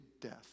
death